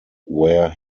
where